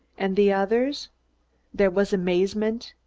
and the others there was amazement,